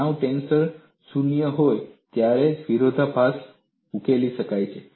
તણાવ ટેન્સર શૂન્ય હોય ત્યારે જ વિરોધાભાસ ઉકેલી શકાય છે